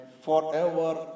forever